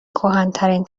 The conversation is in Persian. کهنترین